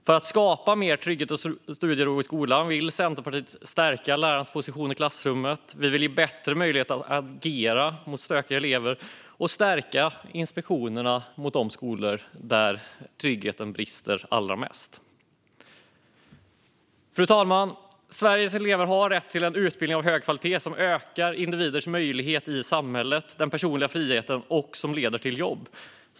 För att skapa mer trygghet och studiero i skolan vill Centerpartiet stärka lärarens position i klassrummet, ge bättre möjligheter att agera mot stökiga elever och stärka inspektionerna av de skolor där tryggheten brister allra mest. Fru talman! Sveriges elever har rätt till en utbildning av hög kvalitet som ökar individens möjligheter i samhället och den personliga friheten och som leder till jobb.